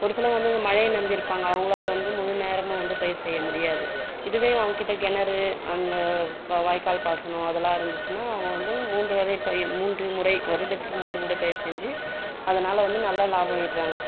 ஒரு சிலவங்கள் வந்து இந்த மழையை நம்பி இருப்பாங்க அவங்களால் வந்து முழு நேரமும் வந்து பயிர் செய்ய முடியாது இதுவே அவன் கிட்டே கிணறு அந்த வாய்க்கால் பாசனம் அதெல்லாம் இருந்துச்சுன்னா அவங்க வந்து மூன்று வேலை பயிர் மூன்று முறை வருடத்திற்கு மூன்று முறை பயிர் செஞ்சு அதனால் வந்து நல்ல லாபம் ஈட்றாங்க